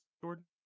Jordan